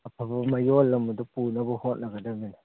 ꯑꯐꯕ ꯃꯌꯣꯜ ꯑꯃꯗ ꯄꯨꯅꯕ ꯍꯣꯠꯅꯒꯗꯃꯤꯅꯦ